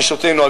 נשותינו,